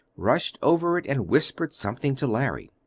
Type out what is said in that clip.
rushed over it and whispered something to larry.